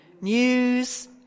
news